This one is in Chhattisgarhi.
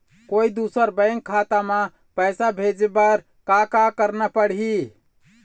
कोई दूसर बैंक खाता म पैसा भेजे बर का का करना पड़ही?